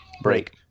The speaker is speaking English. break